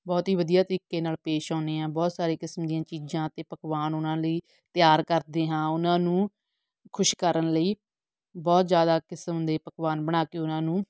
ਬਹੁਤ ਹੀ ਵਧੀਆ ਤਰੀਕੇ ਨਾਲ ਪੇਸ਼ ਆਉਂਦੇ ਹਾਂ ਬਹੁਤ ਸਾਰੇ ਕਿਸਮ ਦੀਆਂ ਚੀਜ਼ਾਂ ਅਤੇ ਪਕਵਾਨ ਉਹਨਾਂ ਲਈ ਤਿਆਰ ਕਰਦੇ ਹਾਂ ਉਹਨਾਂ ਨੂੰ ਖੁਸ਼ ਕਰਨ ਲਈ ਬਹੁਤ ਜ਼ਿਆਦਾ ਕਿਸਮ ਦੇ ਪਕਵਾਨ ਬਣਾ ਕੇ ਉਹਨਾਂ ਨੂੰ